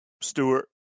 Stewart